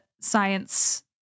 science